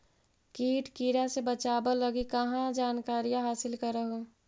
किट किड़ा से बचाब लगी कहा जानकारीया हासिल कर हू?